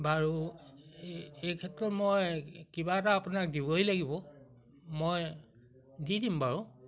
বাৰু এই ক্ষেত্ৰত মই কিবা এটা আপোনাক দিবই লাগিব মই দি দিম বাৰু